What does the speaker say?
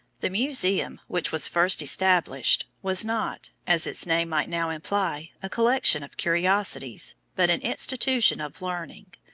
the museum, which was first established, was not, as its name might now imply, a collection of curiosities, but an institution of learning,